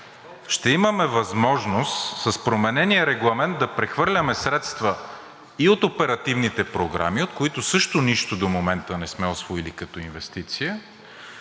ще имаме възможност с променения регламент да прехвърляме средства от оперативните програми, от които също нищо до момента не сме усвоили като инвестиция,